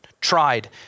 tried